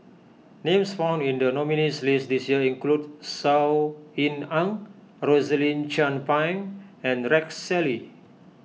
names found in the nominees' list this year include Saw Ean Ang Rosaline Chan Pang and Rex Shelley